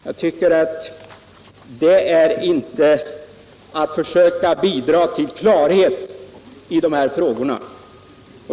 Det tycker jag inte är att försöka bidra till klarhet i de här frågorna.